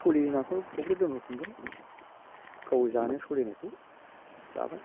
सोलियै नाखौ फख्रियाव दोनहरफिनगोन गाव जानो सोलिनायखौ जाबाय